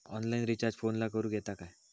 Online recharge फोनला करूक येता काय?